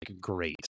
great